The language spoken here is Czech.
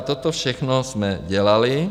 Toto všechno jsme dělali.